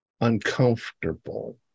uncomfortable